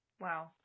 Wow